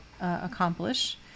accomplish